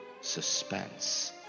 suspense